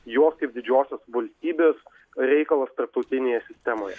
jos kaip didžiosios valstybės reikalas tarptautinėje sistemoje